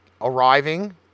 arriving